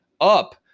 up